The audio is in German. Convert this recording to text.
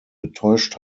getäuscht